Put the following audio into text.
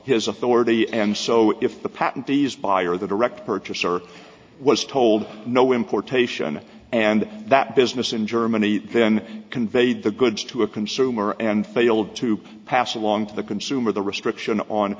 his authority and so if the patent these buyer the direct purchaser was told no importation and that business in germany then conveyed the goods to a consumer and failed to pass along to the consumer the restriction on